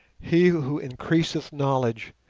he who increaseth knowledge,